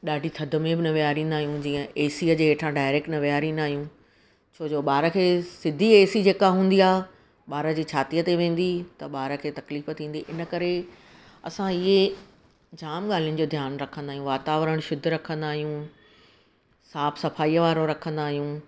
ॾाढी थधि में बि न विहारींदा आहियूं जीअं एसीअ जे हेठा डाइरेक्ट न विहारींदा आहियूं छो जो ॿार खे सिधी ए सी जेका हूंदी आहे ॿार जी छातीअ ते वेंदी त ॿार खे तकलीफ़ थींदी इनकरे असां इहे जाम ॻाल्हियुनि जो ध्यानु रखंदा आहियूं वातावरणु शुद्ध रखंदा आहियूं साफ़ु सफ़ाईअ वारो रखंदा आहियूं